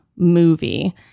movie